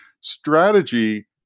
strategy